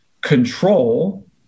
control